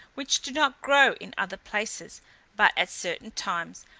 which do not grow in other places but at certain times,